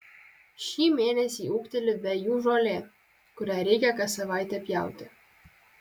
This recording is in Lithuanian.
šį mėnesį ūgteli vejų žolė kurią reikia kas savaitę pjauti